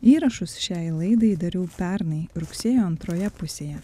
įrašus šiai laidai dariau pernai rugsėjo antroje pusėje